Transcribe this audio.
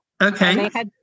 Okay